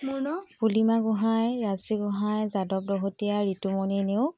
পুৰ্ণিমা গোহাঁই ৰাজশ্ৰী গোহাঁই যাদৱ দহোটীয়া ঋতুমণি নেওগ